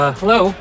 hello